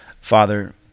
Father